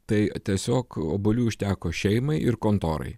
tai tiesiog obuolių užteko šeimai ir kontorai